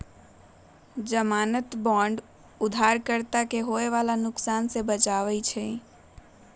ज़मानत बांड उधारकर्ता के होवे वाला नुकसान से बचावे ला हई